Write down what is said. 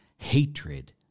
Hatred